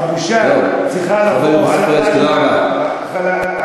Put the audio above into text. הבושה צריכה לבוא, חבר הכנסת פריג', תודה רבה.